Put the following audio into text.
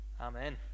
Amen